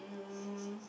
um